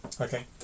Okay